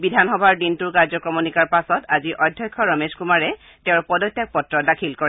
বিধানসভাৰ দিনটোৰ কাৰ্যক্ৰমণিকাৰ পাছত আজি অধ্যক্ষ ৰমেশ কুমাৰে তেওঁৰ পদত্যাগ পত্ৰ দাখিল কৰে